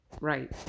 Right